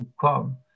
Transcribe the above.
come